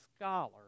scholar